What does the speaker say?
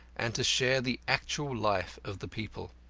and to share the actual life of the people.